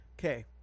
Okay